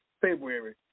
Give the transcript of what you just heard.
February